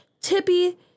tippy